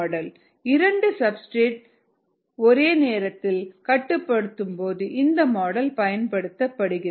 mS1K1S1S2K2S2 இரண்டு substrate சப்ஸ்டிரேட்கள் ஒரே நேரத்தில் கட்டுப்படுத்தும் போது இந்த மாடல் பயன்படுத்தப்படுகிறது